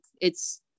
it's-